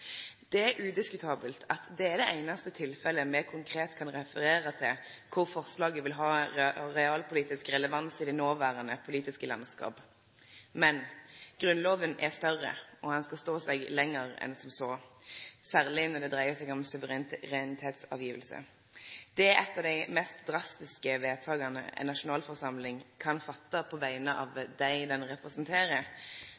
Det er udiskutabelt at det er det einaste tilfellet me konkret kan referere til kor forslaget vil ha realpolitisk relevans i det noverande politiske landskapet. Men – Grunnloven er større, og han skal stå seg lenger enn som så, særleg når det dreier seg om å gje frå seg suverenitet. Det er eit av dei mest drastiske vedtaka ei nasjonalforsamling kan fatte på vegner av